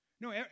no